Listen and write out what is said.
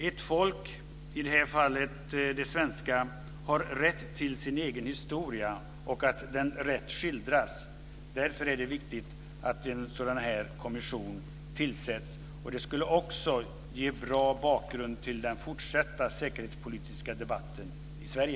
Ett folk, i det här fallet det svenska, har rätt till sin egen historia, och den ska skildras rätt. Därför är det viktigt att en sådan här kommission tillsätts. Det skulle också ge en bra bakgrund till den fortsatta säkerhetspolitiska debatten i Sverige.